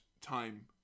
time